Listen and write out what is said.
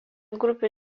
grupių